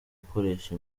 gukoresha